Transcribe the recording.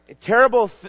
terrible